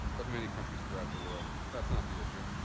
of many countries throughout the world. that's not the issue.